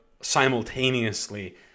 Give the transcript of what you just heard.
simultaneously